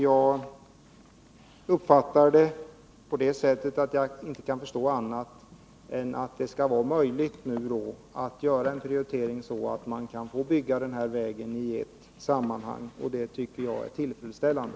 Jag kan inte förstå annat än att det skall vara möjligt att göra en sådan prioritering att den här vägen kan få byggas i ett sammanhang, och det tycker jag är tillfredsställande:.